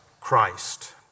Christ